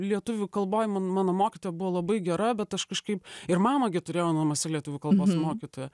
lietuvių kalboj man mano mokytoja buvo labai gera bet aš kažkaip ir mamą gi turėjau namuose lietuvių kalbos mokytoją